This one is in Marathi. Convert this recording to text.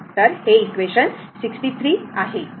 हे इक्वेशन 63 आहे